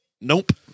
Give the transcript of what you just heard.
Nope